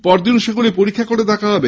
পরদিন সেগুলি পরীক্ষা করে দেখা হবে